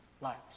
lives